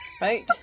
right